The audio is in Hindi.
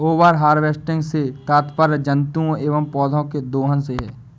ओवर हार्वेस्टिंग से तात्पर्य जंतुओं एंव पौधौं के दोहन से है